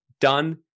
done